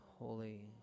Holy